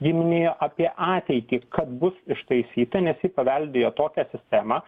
ji minėjo apie ateitį kad bus ištaisyta nes ji paveldėjo tokią sistemą